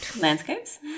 landscapes